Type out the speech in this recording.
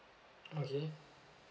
okay